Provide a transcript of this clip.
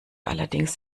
allerdings